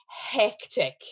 hectic